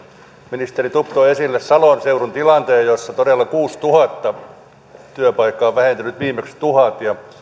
ministeri stubb toi esille salon seudun tilanteen jossa todella kuusituhatta työpaikkaa on vähentynyt viimeksi tuhannennen